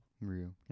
Real